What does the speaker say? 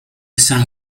san